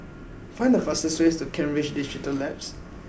find the fastest way to Kent Ridge Digital Labs